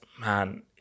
Man